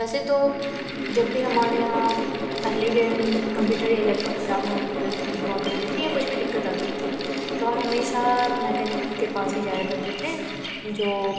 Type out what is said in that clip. वैसे तो जब भी हमारे यहाँ पहले के कम्प्यूटर या लैपटॉप खराब होती कर हुआ करती थी या कुछ भी दिक्कत आती थी तो हम हमेशा मैकेनिक के पास ही जाया करते थे जो